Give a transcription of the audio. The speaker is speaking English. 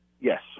Yes